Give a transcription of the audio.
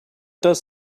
does